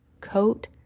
coat